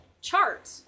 chart